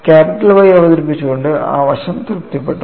capital Y അവതരിപ്പിച്ചുകൊണ്ട് ആ വശം തൃപ്തിപ്പെട്ടു